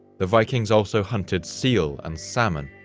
the vikings also hunted seal and salmon,